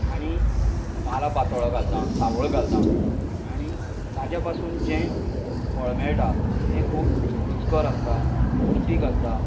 आनी पालो पाचाळो घालता सावळ घालता आनी ताचे पासून जे फळ मेळटा तें खूब रुचकर आसता पौश्टीक आसता